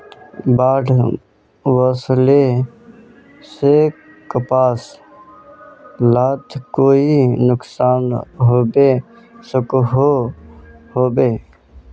बाढ़ वस्ले से कपास लात कोई नुकसान होबे सकोहो होबे?